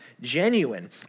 genuine